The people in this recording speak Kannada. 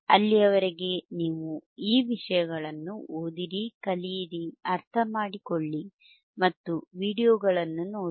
ಅಲ್ಲಿಯವರೆಗೆ ನೀವು ಈ ವಿಷಯಗಳನ್ನು ಓದಿರಿ ಕಲಿಯಿರಿ ಅರ್ಥಮಾಡಿಕೊಳ್ಳಿ ಮತ್ತು ವೀಡಿಯೊಗಳನ್ನು ನೋಡಿ